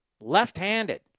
left-handed